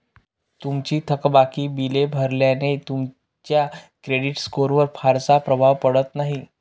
तुमची थकबाकी बिले भरल्याने तुमच्या क्रेडिट स्कोअरवर फारसा प्रभाव पडत नाही